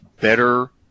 better